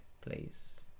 please